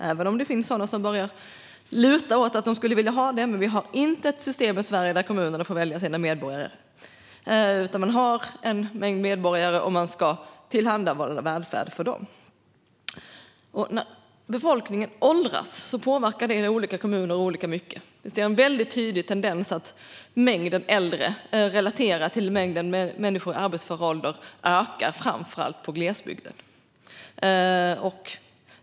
Även om det finns sådana som börjar luta åt att vilja ha det har vi i Sverige gudskelov inte ett system där kommunerna får välja sina medborgare, utan de har en mängd medborgare som ska tillhandahållas välfärd. När befolkningen åldras påverkar det olika kommuner olika mycket. Vi ser en tydlig tendens att mängden äldre relaterat till människor i arbetsför ålder ökar, framför allt i glesbygden.